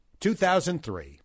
2003